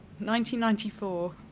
1994